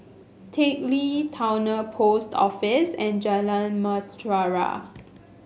Teck Lee Towner Post Office and Jalan Mutiara